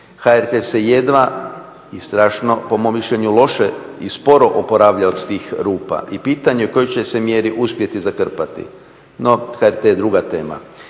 HRT se jedva i strašno po mom mišljenju loše i sporo oporavlja od tih rupa i pitanje je u kojoj će se mjeri uspjeti zakrpati, no HRT je druga tema.